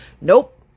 Nope